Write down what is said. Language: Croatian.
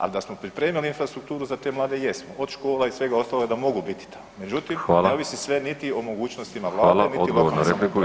Al da smo pripremili infrastrukturu za te mlade, jesmo, od škola i svega ostaloga da mogu biti tamo [[Upadica: Hvala.]] međutim ne ovisi sve niti o mogućnostima Vlade, niti